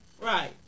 right